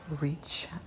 reach